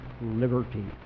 liberty